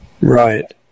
Right